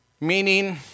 meaning